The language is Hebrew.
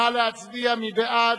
נא להצביע.